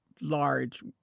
large